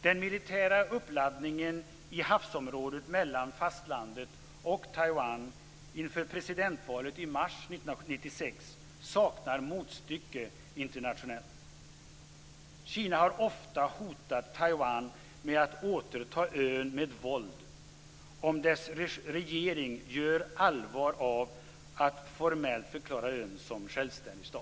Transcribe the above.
Den militära uppladdningen i havsområdet mellan fastlandet och Taiwan inför presidentvalet i mars 1996 saknar motstycke internationellt. Kina har ofta hotat Taiwan med att återta ön med våld, om dess regering gör allvar av att formellt förklara ön som självständig stat.